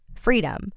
freedom